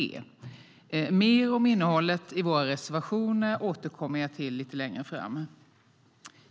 Jag återkommer till innehållet i våra reservationer lite längre fram.